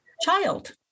child